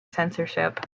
censorship